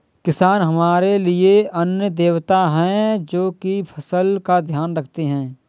किसान हमारे लिए अन्न देवता है, जो की फसल का ध्यान रखते है